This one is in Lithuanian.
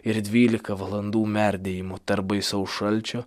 ir dvylika valandų merdėjimo tarp baisaus šalčio